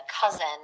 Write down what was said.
cousin